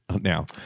now